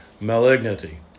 malignity